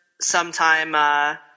sometime